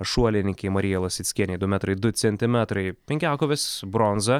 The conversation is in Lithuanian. šuolininkei marija lasickienei du metrai du centimetrai penkiakovės bronza